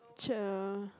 cheer